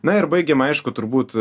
na ir baigiama aišku turbūt